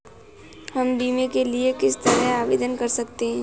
हम बीमे के लिए किस तरह आवेदन कर सकते हैं?